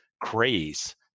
craze